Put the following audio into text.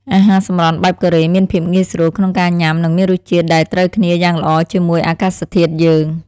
អាហារសម្រន់បែបកូរ៉េមានភាពងាយស្រួលក្នុងការញ៉ាំនិងមានរសជាតិដែលត្រូវគ្នាយ៉ាងល្អជាមួយអាកាសធាតុយើង។